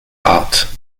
art